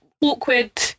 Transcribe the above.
awkward